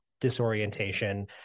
disorientation